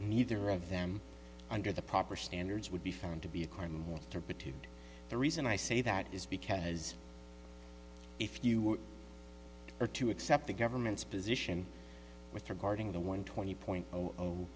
neither of them under the proper standards would be found to be a car more turpitude the reason i say that is because if you are to accept the government's position with regarding the one twenty point